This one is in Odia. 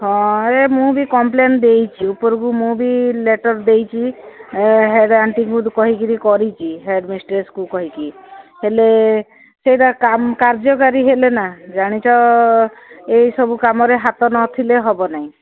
ହଁ ଏରେ ମୁଁ ବି କମ୍ପ୍ଲେନ ଦେଇଛି ଉପରକୁ ମୁଁ ବି ଲେଟର୍ ଦେଇଛି ହେଡ୍ ଆଣ୍ଟିଙ୍କୁ କହିକି କରିଛି ହେଡ୍ ମିିଷ୍ଟ୍ରେସଙ୍କୁ କହିକି ହେଲେ ସେଇଟା କାର୍ଯ୍ୟକାରୀ ହେଲେ ନା ଜାଣିଛ ଏଇସବୁ କାମରେ ହାତ ନଥିଲେ ହେବ ନାହିଁ